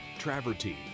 travertine